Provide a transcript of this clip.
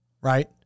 right